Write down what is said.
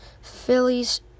Phillies